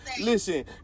listen